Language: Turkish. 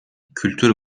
kültür